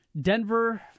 Denver